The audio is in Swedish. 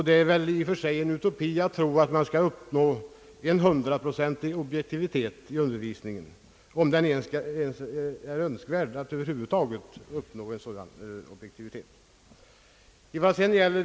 Det är väl i och för sig en utopi att tro att man skall uppnå hundraprocentig objektivitet i undervisningen — om det ens är önskvärt att uppnå en sådan objektivitet.